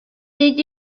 did